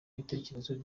ibitekerezo